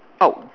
out